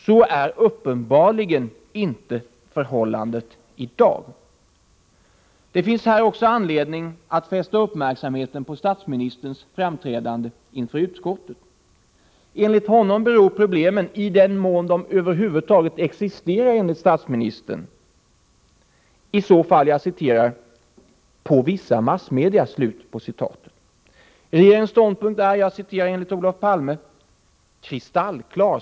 Så är uppenbarligen inte förhållandet i dag. Det finns här också anledning att fästa uppmärksamheten på statsministerns framträdande inför utskottet. Enligt honom beror problemen — i den mån de över huvud taget existerar — i så fall ”på vissa massmedia”. Regeringens ståndpunkt är, enligt Olof Palme, ”kristallklar”.